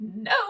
no